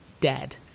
dead